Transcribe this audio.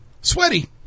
Sweaty